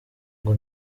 ngo